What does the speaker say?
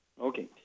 Okay